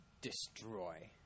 destroy